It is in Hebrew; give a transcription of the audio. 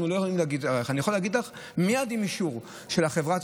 אני יכול להגיד לך שמייד עם אישור של החברה,